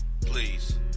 Please